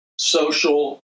social